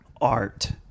art